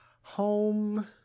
Home